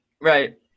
Right